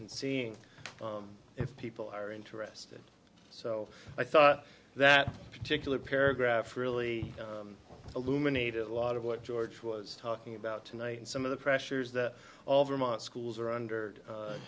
and seeing if people are interested so i thought that particular paragraph really illuminated a lot of what george was talking about tonight and some of the pressures that all vermont schools are